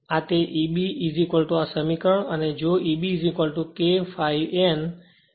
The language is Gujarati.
આ તે છે Eb આ સમીકરણ અને જો Eb K ∅ n